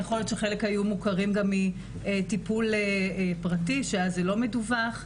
יכול להיות שחלק היו מוכרים גם מטיפול פרטי שאז זה לא מדווח.